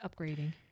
upgrading